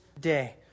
day